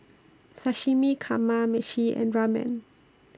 Sashimi Kamameshi and Ramen